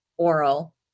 oral